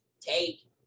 take